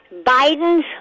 Biden's